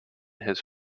his